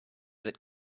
that